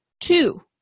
two